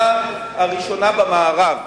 הראשונה במערב,